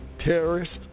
terrorists